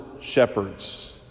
shepherds